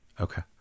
Okay